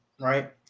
right